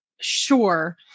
sure